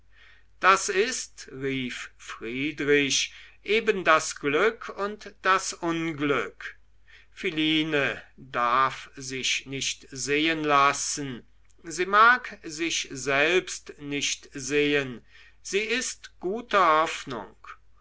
das ist rief friedrich neben das glück und das unglück philine darf sich nicht sehen lassen sie mag sich selbst nicht sehen sie ist guter hoffnung